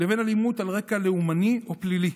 לבין אלימות על רקע לאומני או פלילי.